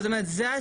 זה גם כן הסיפור,